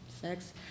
sex